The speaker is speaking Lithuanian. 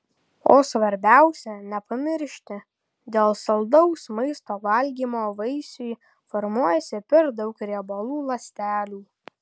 o svarbiausia nepamiršti dėl saldaus maisto valgymo vaisiui formuojasi per daug riebalų ląstelių